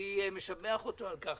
אני משבח אותו על כך.